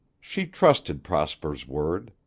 she trusted prosper's word.